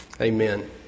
Amen